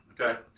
okay